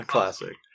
Classic